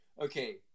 Okay